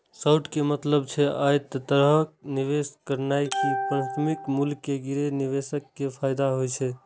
short के मतलब छै, अय तरहे निवेश करनाय कि परिसंपत्तिक मूल्य गिरे पर निवेशक कें फायदा होइ